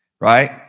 Right